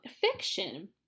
Fiction